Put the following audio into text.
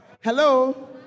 hello